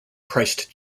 christ